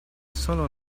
solo